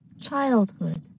Childhood